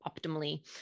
optimally